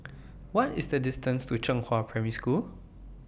What IS The distance to Zhenghua Primary School